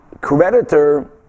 creditor